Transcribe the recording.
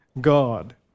God